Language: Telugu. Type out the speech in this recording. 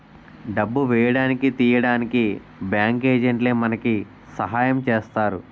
డబ్బు వేయడానికి తీయడానికి బ్యాంకు ఏజెంట్లే మనకి సాయం చేస్తారు